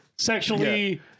sexually